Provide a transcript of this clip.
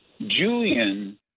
julian